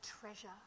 treasure